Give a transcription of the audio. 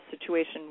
situation